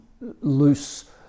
loose